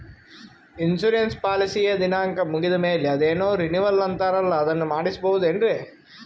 Insurance ಪಾಲಿಸಿಯ ದಿನಾಂಕ ಮುಗಿದ ಮೇಲೆ ಅದೇನೋ ರಿನೀವಲ್ ಅಂತಾರಲ್ಲ ಅದನ್ನು ಮಾಡಿಸಬಹುದೇನ್ರಿ?